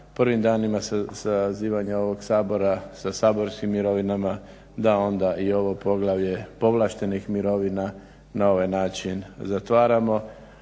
prvim danima sazivanja ovog Sabora, sa saborskim mirovinama da i ovo poglavlje povlaštenih mirovina na ovaj način zatvaramo,